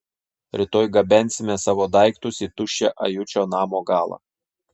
rytoj gabensime savo daiktus į tuščią ajučio namo galą